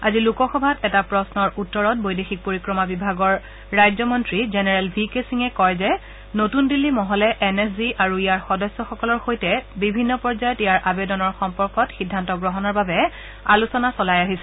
আজি লোকসভাত এটা প্ৰশ্নৰ উত্তৰত বৈদেশিক পৰিক্ৰমা বিভাগৰ ৰাজ্যমন্ত্ৰী জেনেৰেল ভি কে সিঙে কয় যে নতুন দিল্লী মহলে এন এছ জি আৰু ইয়াৰ সদস্যসকলৰ সৈতে বিভিন্ন পৰ্যায়ত ইয়াৰ আৱেদনৰ সম্পৰ্কত সিদ্ধান্ত গ্ৰহণৰ বাবে আলোচনা চলাই আহিছে